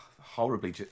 horribly